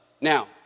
Now